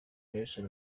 nelson